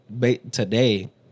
today